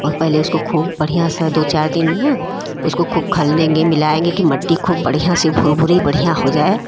और पहले उसको खूब बढ़िया से दो चार दिन उसको खूब मिलायेंगे की मिट्टी खूब बढ़िया सी भुरभुरी बढ़िया हो जाए